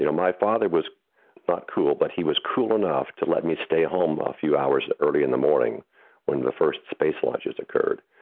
you know my father was not cool, but he was cool enough to let me stay home a few hours early in the morning when the first space launches occurred,